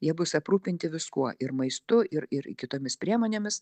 jie bus aprūpinti viskuo ir maistu ir ir kitomis priemonėmis